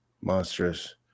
monstrous